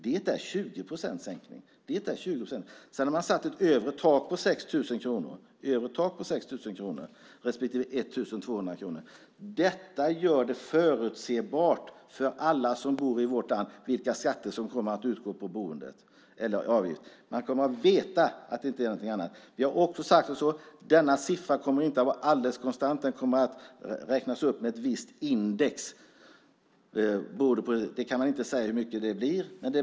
Det är en sänkning med 20 procent. Sedan har man satt ett övre tak på 6 000 kronor respektive 1 200 kronor. Detta gör det förutsebart för alla som bor i vårt land vilka skatter som kommer att utgå på boendet. Man kommer att veta att det inte är någonting annat. Denna siffra kommer inte att vara alldeles konstant. Den kommer att räknas upp med ett visst index. Man kan inte säga hur mycket det blir.